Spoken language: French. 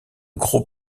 gros